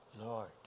lord